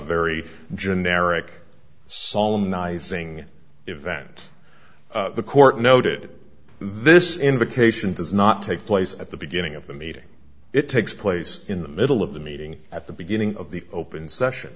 very generic solemn nice thing event the court noted this invocation does not take place at the beginning of the meeting it takes place in the middle of the meeting at the beginning of the open session